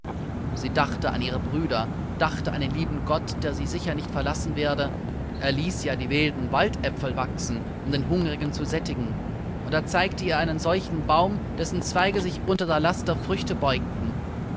sie dachte an ihre brüder dachte an den lieben gott der sie sicher nicht verlassen werde er ließ ja die wilden waldäpfel wachsen um den hungrigen zu sättigen und er zeigte ihr einen solchen baum dessen zweige sich unter der last der früchte beugten